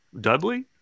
Dudley